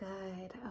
Good